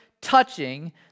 touching